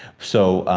so,